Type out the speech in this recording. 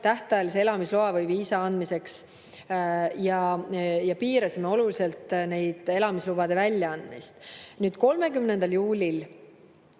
tähtajalise elamisloa või viisa andmiseks. Me piirasime oluliselt elamislubade väljaandmist. 30. juulil